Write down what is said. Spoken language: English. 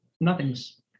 Nothing's